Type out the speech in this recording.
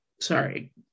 Sorry